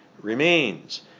remains